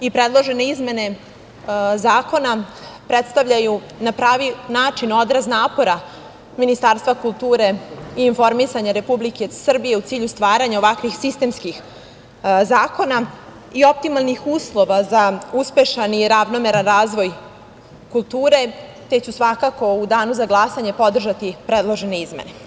Predložene izmene zakona predstavljaju na pravi način odraz napora Ministarstva kulture i informisanja Republike Srbije u cilju stvaranja ovakvih sistemskih zakona i optimalnih uslova za uspešan i ravnomeran razvoj kulture, te ću svakako u danu za glasanje podržati predložene izmene.